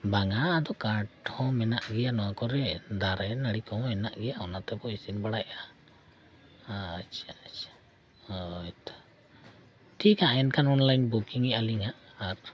ᱵᱟᱝᱟ ᱟᱫᱚ ᱠᱟᱴ ᱦᱚᱸ ᱢᱮᱱᱟᱜ ᱜᱮᱭᱟ ᱱᱚᱣᱟ ᱠᱚᱨᱮ ᱫᱟᱨᱮ ᱱᱟᱹᱲᱤ ᱠᱚᱦᱚᱸ ᱢᱮᱱᱟᱜ ᱜᱮᱭᱟ ᱚᱱᱟᱛᱮᱵᱚ ᱤᱥᱤᱱ ᱵᱟᱲᱟᱭᱮᱜᱼᱟ ᱟᱪᱪᱷᱟ ᱟᱪᱪᱷᱟ ᱦᱳᱭᱛᱳ ᱴᱷᱤᱠ ᱦᱟᱸᱜ ᱮᱱᱠᱷᱟᱱ ᱚᱱᱞᱟᱭᱤᱱ ᱵᱩᱠᱤᱝ ᱮᱫᱟᱞᱤᱧ ᱦᱟᱸᱜ ᱟᱨ